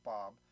Bob